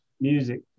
music